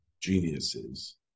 geniuses